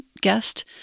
guest